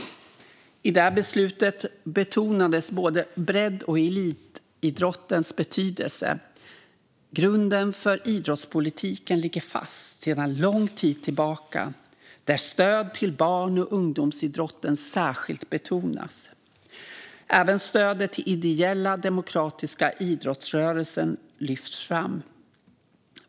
I det beslutet betonades både bredd och elitidrottens betydelse. Grunden för idrottspolitiken ligger fast sedan lång tid tillbaka där stöd till barn och ungdomsidrotten särskilt betonas. Även stödet till den ideella, demokratiska idrottsrörelsen lyfts fram.